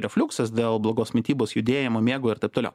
refliuksas dėl blogos mitybos judėjimo miego ir taip toliau